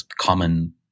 common